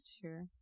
Sure